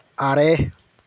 ᱟᱨᱮ